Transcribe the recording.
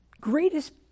greatest